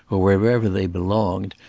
or wherever they belonged,